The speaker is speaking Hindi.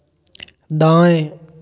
दाएँ